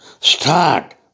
Start